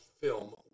film